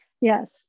yes